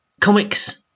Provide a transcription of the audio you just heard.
comics